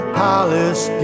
palace